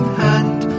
hand